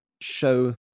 show